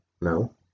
No